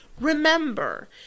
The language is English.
remember